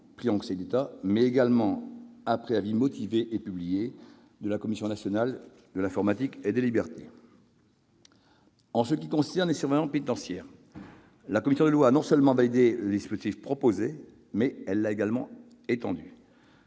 aussi après avis motivé et publié de la Commission nationale de l'informatique et des libertés. En ce qui concerne les surveillants pénitentiaires, la commission des lois ne s'est pas contentée de valider le dispositif proposé, elle l'a également étendu.